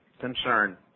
concern